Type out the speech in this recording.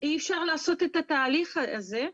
אי אפשר לעשות את התהליך הזה,